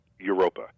Europa